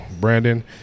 Brandon